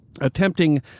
attempting